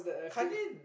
Kanye